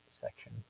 section